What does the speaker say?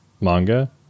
manga